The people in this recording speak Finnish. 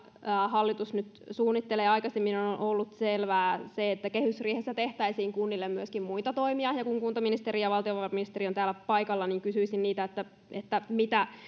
hallitus nyt suunnittelee aikaisemmin on ollut selvää se että kehysriihessä tehtäisiin kunnille myöskin muita toimia ja kun kuntaministeri ja valtiovarainministeri ovat täällä paikalla niin kysyisin että mitä